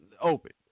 open